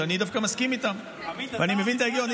שאני דווקא מסכים איתם ואני מבין את ההיגיון.